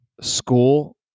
school